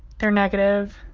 they're negative.